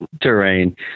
terrain